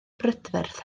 brydferth